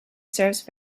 serves